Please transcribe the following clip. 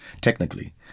technically